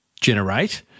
generate –